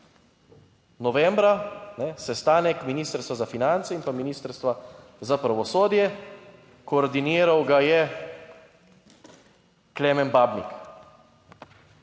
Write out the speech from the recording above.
Novembra sestanek Ministrstva za finance in pa Ministrstva za pravosodje, koordiniral ga je Klemen Babnik